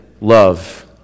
love